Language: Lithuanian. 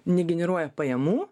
negeneruoja pajamų